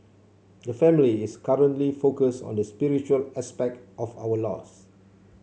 the family is currently focused on the spiritual aspect of our loss